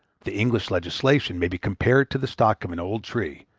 the english legislation may be compared to the stock of an old tree,